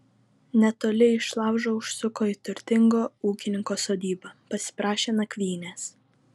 netoli išlaužo užsuko į turtingo ūkininko sodybą pasiprašė nakvynės